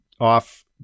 off